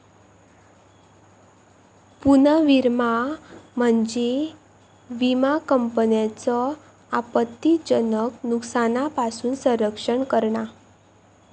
पुनर्विमा म्हणजे विमा कंपन्यांचो आपत्तीजनक नुकसानापासून संरक्षण करणा